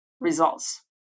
results